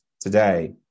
today